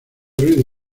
corrido